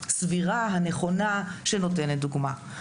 הסבירה, הנכונה שנותנת דוגמה.